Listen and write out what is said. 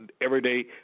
everyday